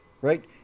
right